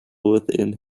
within